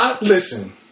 Listen